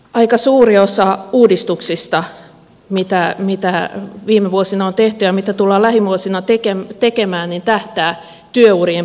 aika suuri osa uudistuksista mitä viime vuosina on tehty ja mitä tullaan lähivuosina tekemään tähtää työurien pidentämiseen